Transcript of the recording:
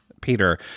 Peter